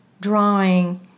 drawing